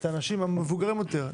את האנשים המבוגרים יותר.